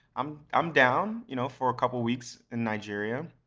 i'm um down you know for a couple weeks in nigeria.